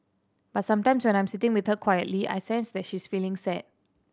but sometimes when I am sitting with her quietly I sense that she is feeling sad